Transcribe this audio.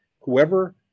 Whoever